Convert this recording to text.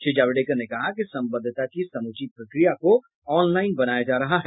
श्री जावडेकर ने कहा कि संबद्धता की समूची प्रक्रिया को ऑनलाईन बनाया जा रहा है